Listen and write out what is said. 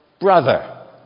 brother